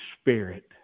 Spirit